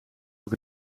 ook